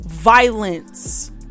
Violence